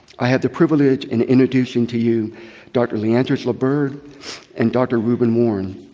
i have the privilege in introducing to you dr. leandris liburd and dr. reuben warren.